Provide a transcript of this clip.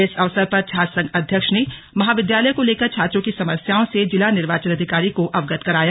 इस अवसर पर छात्रसंघ अध्यक्ष ने महाविद्यालय को लेकर छात्रों की समस्याओं से जिला निर्वाचन अधिकारी को अवगत कराया